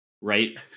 right